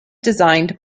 designed